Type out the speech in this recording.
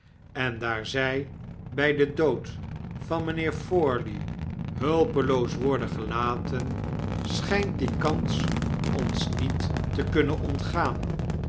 en daar zjjj bii den dood van mynheef forley hulpeloos worden gel aten schynt die kans ons niet te kunnen ontgaan